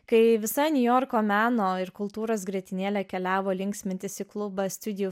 kai visa niujorko meno ir kultūros grietinėlė keliavo linksmintis į klubą studio